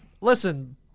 listen